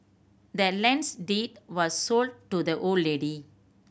the land's deed was sold to the old lady